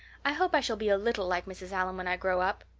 i hope i shall be a little like mrs. allan when i grow up.